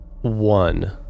one